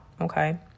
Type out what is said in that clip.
okay